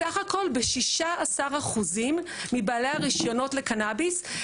בסך הכול ב-16% מבעלי הרשיונות לקנביס.